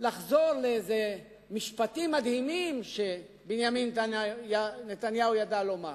לחזור לאיזה משפטים מדהימים שבנימין נתניהו ידע לומר.